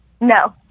No